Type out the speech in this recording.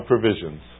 provisions